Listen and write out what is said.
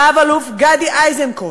רב-אלוף גדי איזנקוט,